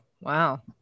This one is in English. wow